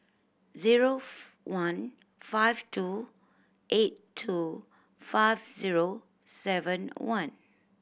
zero one five two eight two five zero seven one